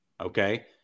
Okay